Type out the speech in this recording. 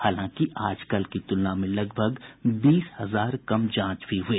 हालांकि आज कल की तुलना में लगभग बीस हजार कम जांच भी हुए